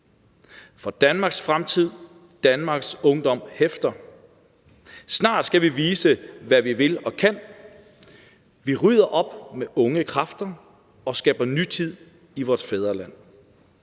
For Danmarks Fremtid, Danmarks Ungdom hæfter,/Snart skal vi vise, hvad vi vil og kan;/Vi rydder op med unge stærke Kræfter/Og skaber Nytid i vort Fædreland./Vi